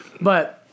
but-